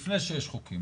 לפני שיש חוקים.